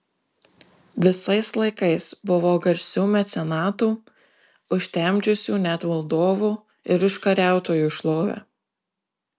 visais laikais buvo garsių mecenatų užtemdžiusių net valdovų ir užkariautojų šlovę